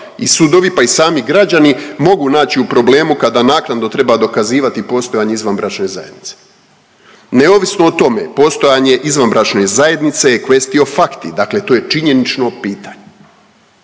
i sudovi pa i sami građani mogu naći u problemu kada naknadno treba dokazivati postojanje izvanbračne zajednice. Neovisno o tome postojanje izvanbračne zajednice je quaestio facti, dakle to je činjenično pitanje.